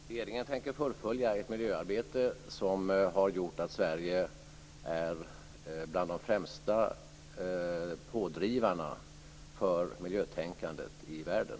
Fru talman! Regeringen tänker fullfölja det miljöarbete som har gjort att Sverige är bland de främsta pådrivarna för miljötänkandet i världen.